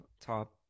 top